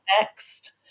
next